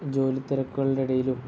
ജോലിത്തിരക്കുകളുടെ ഇടയിലും